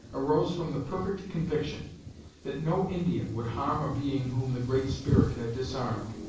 arose from the perfect conviction that no indian would harm a being whom the great spirit had disarmed,